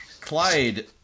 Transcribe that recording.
Clyde